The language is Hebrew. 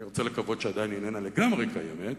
אני רוצה לקוות שעדיין היא איננה לגמרי קיימת.